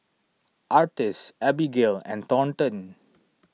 Artis Abigale and Thornton